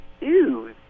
Ew